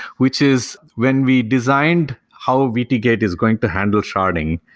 which is when we designed how vt gate is going to handle sharding,